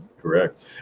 Correct